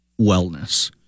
wellness